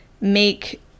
make